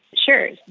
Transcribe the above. sure,